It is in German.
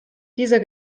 dieser